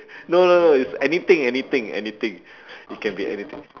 no no no is anything anything anything it can be anything